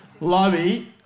Lobby